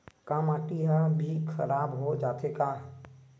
का माटी ह भी खराब हो जाथे का?